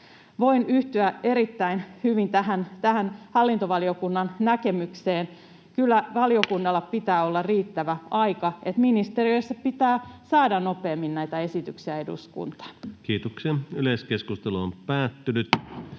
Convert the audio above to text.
Voin yhtyä erittäin hyvin tähän hallintovaliokunnan näkemykseen. Kyllä valiokunnalla pitää olla riittävä aika, joten ministeriössä pitää saada nopeammin näitä esityksiä eduskuntaan. [Speech 57] Speaker: Ensimmäinen